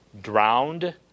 drowned